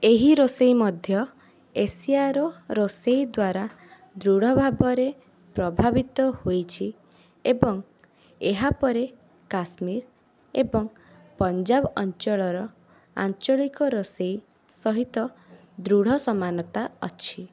ଏହି ରୋଷେଇ ମଧ୍ୟ ଏସିଆର ରୋଷେଇ ଦ୍ୱାରା ଦୃଢ ଭାବରେ ପ୍ରଭାବିତ ହୋଇଛି ଏବଂ ଏହାପରେ କାଶ୍ମୀର ଏବଂ ପଞ୍ଜାବ ଅଞ୍ଚଳର ଆଞ୍ଚଳିକ ରୋଷେଇ ସହିତ ଦୃଢ଼ ସମାନତା ଅଛି